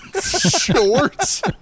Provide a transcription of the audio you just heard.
Shorts